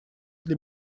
для